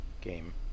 Game